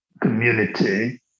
community